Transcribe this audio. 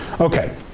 Okay